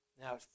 Now